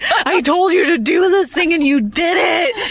i told you to do this thing and you did it!